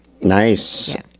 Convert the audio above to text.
Nice